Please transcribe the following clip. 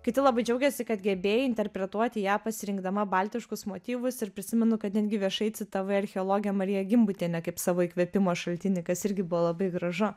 kiti labai džiaugėsi kad gebėjai interpretuoti ją pasirinkdama baltiškus motyvus ir prisimenu kad netgi viešai citavai archeologę mariją gimbutienę kaip savo įkvėpimo šaltinį kas irgi buvo labai gražu